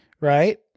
Right